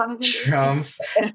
trumps